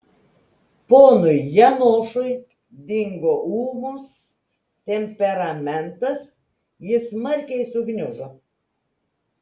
ponui janošui dingo ūmus temperamentas jis smarkiai sugniužo